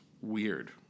Weird